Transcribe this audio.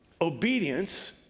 Obedience